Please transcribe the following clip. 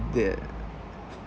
the